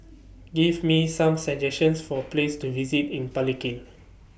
Give Me Some suggestions For Places to visit in Palikir